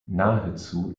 nahezu